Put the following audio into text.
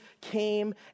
came